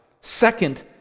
Second